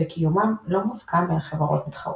וקיומם לא מוסכם בין חברות מתחרות.